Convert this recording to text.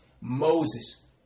Moses